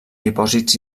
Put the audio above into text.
dipòsits